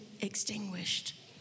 extinguished